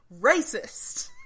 Racist